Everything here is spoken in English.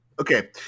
Okay